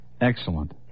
Excellent